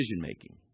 decision-making